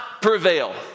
prevail